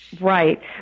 Right